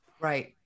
Right